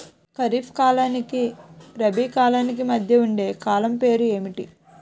ఖరిఫ్ కాలానికి రబీ కాలానికి మధ్య ఉండే కాలం పేరు ఏమిటి?